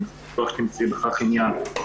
אני בטוח שתמצאי בכך עניין.